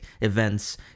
events